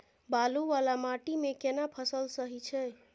बालू वाला माटी मे केना फसल सही छै?